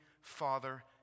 father